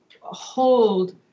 hold